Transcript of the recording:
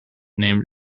named